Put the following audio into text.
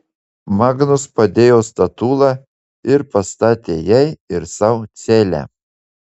magnus padėjo statulą ir pastatė jai ir sau celę